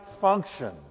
function